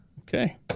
Okay